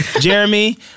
Jeremy